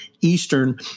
Eastern